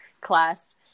class